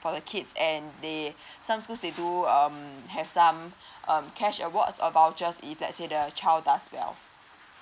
for the kids and they some schools they do um have some um cash awards or vouchers if let's say the child does well